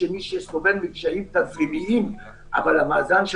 שמי שסובל מקשיים תזרימיים אבל המאזן של